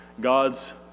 God's